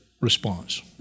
response